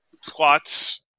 squats